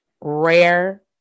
rare